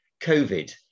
Covid